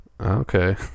Okay